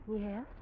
Yes